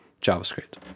JavaScript